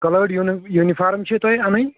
colour یوٗن uniform چھِ تۄہہِ اَنٕنۍ